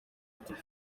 atatu